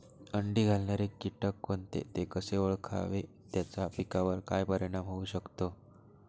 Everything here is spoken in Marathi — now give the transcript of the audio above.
अंडी घालणारे किटक कोणते, ते कसे ओळखावे त्याचा पिकावर काय परिणाम होऊ शकतो?